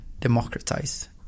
democratize